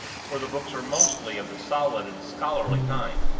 for the books were mostly of the solid and scholarly kind.